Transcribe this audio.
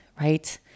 Right